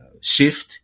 shift